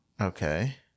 Okay